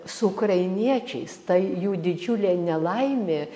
su ukrainiečiais ta jų didžiulė nelaimė